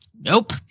Nope